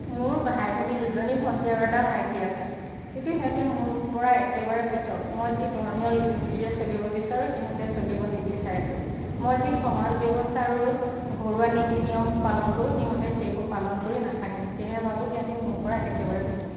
মোৰ ভাই ভনী দুজনী ভণ্টী আৰু এটা ভাইটি আছে কিন্তু সিহঁতি মোৰ পৰা একেবাৰে পৃথক মই যি ধৰ্মীয় ৰীতি নীতিৰে চলিব বিচাৰোঁ সিহঁতে চলিব নিবিচাৰে মই যি সমাজ ব্যৱস্থা আৰু ঘৰুৱা নীতি নিয়ম পালন কৰোঁ সিহঁতে সেইবোৰ পালন কৰি নাথাকে সেয়েহে ভাবোঁ সিহঁত মোৰ পৰা একেবাৰে পৃথক